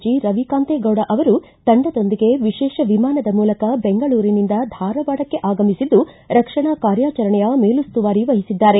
G Ravikanthegowda ಅವರು ತಂಡದೊಂದಿಗೆ ವಿಶೇಷ ವಿಮಾನದ ಮೂಲಕ ಬೆಂಗಳೂರಿನಿಂದ ಧಾರವಾಡಕ್ಕೆ ಆಗಮಿಸಿದ್ದು ರಕ್ಷಣಾ ಕಾರ್ಯಾಚರಣೆಯ ಮೇಲುಸ್ತುವಾರಿ ವಹಿಸಿದ್ದಾರೆ